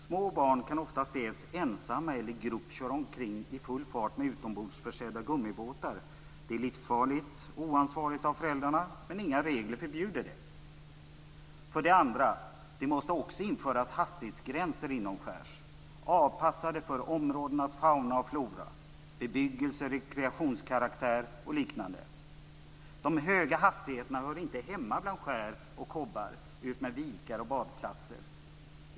Små barn kan ofta ses ensamma eller i grupp köra omkring i full fart med gummibåtar försedda med utombordsmotor. Det är livsfarligt och oansvarigt av föräldrarna, men inga regler förbjuder det. För det andra måste det införas hastighetsgränser inomskärs. De bör vara avpassade för områdets fauna och flora, bebyggelse, rekreationskaraktär och liknande. De höga hastigheterna hör inte hemma bland skär och kobbar, utmed vikar och badplatser.